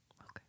Okay